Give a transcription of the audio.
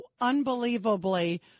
unbelievably